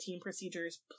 procedures